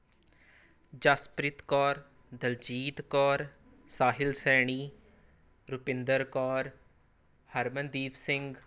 Jaspreet Kaur Daljeet Kaur Sahil Saini Rupinder Kaur Harmandeep Singh